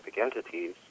entities